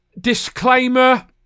Disclaimer